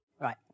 Right